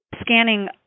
scanning